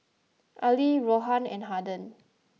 Arlie Rohan and Harden